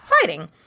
fighting